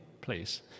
please